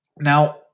now